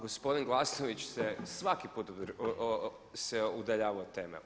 Gospodin Glasnović se svaki put se udaljava od teme.